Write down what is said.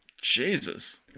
Jesus